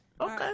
Okay